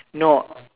no